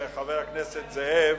אחריו חבר הכנסת גפני,